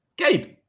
Gabe